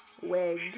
Wig